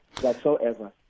whatsoever